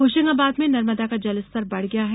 होशंगाबाद में नर्मदा का जलस्तर बढ़ गया है